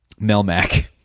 Melmac